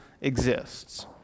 exists